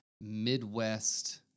Midwest